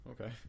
Okay